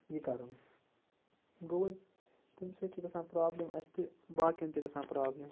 یہِ کَرُن گوٚو حظ تَمہِ سۭتۍ چھِ گژھان پرٛابلِم اَسہِ تہِ باقیَن تہِ گژھان پرٛابلِم